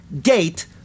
gate